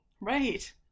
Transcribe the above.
Right